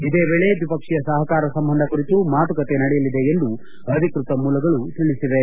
ಇದೇ ವೇಳೆ ದ್ವಿಪಕ್ಷೀಯ ಸಹಕಾರ ಸಂಬಂಧ ಕುರಿತು ಮಾತುಕತೆ ನಡೆಯಲಿದೆ ಎಂದು ಅಧಿಕ್ಷತ ಮೂಲಗಳು ತಿಳಿಸಿವೆ